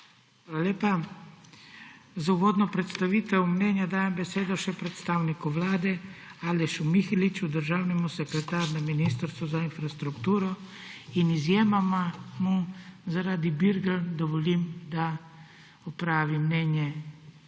Hvala lepa. Za uvodno predstavitev mnenja dajem še besedo predstavniku Vlade Alešu Miheliču, državnemu sekretarju na Ministrstvu za infrastrukturo in izjemoma mu zaradi bergel dovolim, da opravi mnenje